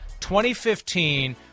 2015